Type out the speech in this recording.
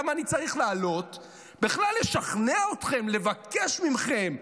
למה אני צריך לעלות בכלל לשכנע אתכם, לבקש מכם,